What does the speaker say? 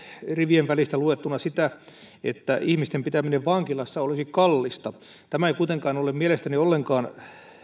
rivien välistä luettuna sitä että ihmisten pitäminen vankilassa olisi kallista tämä ei kuitenkaan ole mielestäni ollenkaan